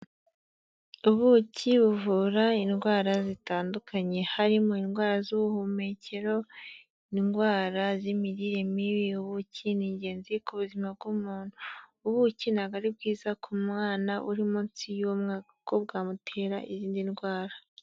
Ubuki buvura indwara zitandukanye, harimo indwara z'ubuhumekero, indwara z'imirire mibi, ubuki ni ingenzi ku buzima bw'umuntu, ubuki ntabwo ari bwiza ku mwana uri munsi y'u mwaka kuko bwamutera izindi ndwara.